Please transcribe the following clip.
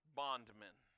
bondmen